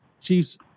Chiefs